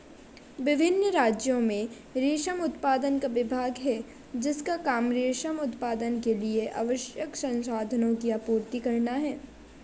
विभिन्न राज्यों में रेशम उत्पादन का विभाग है जिसका काम रेशम उत्पादन के लिए आवश्यक संसाधनों की आपूर्ति करना है